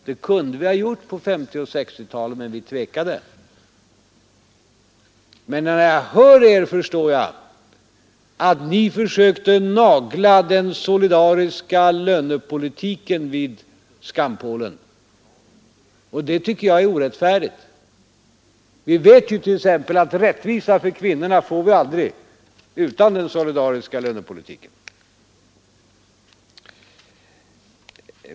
Det kunde vi ha gjort på 1950 och 1960-talen, men vi tvekade. När jag hör er, förstår jag att ni försökte nagla den solidariska lönepolitiken vid skampålen. Det tycker jag är orättfärdigt. Vi vet t.ex. att vi aldrig får rättvisa för kvinnorna utan den solidariska lönepolitiken.